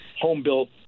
home-built